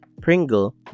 Pringle